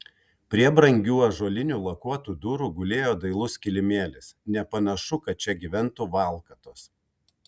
prie brangių ąžuolinių lakuotų durų gulėjo dailus kilimėlis nepanašu kad čia gyventų valkatos